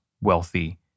wealthy